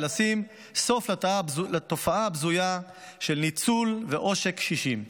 ולשים סוף לתופעה הבזויה של ניצול ועושק של קשישים.